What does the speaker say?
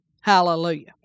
Hallelujah